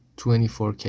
24K